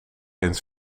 eens